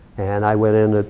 and i went in,